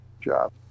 job